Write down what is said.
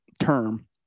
term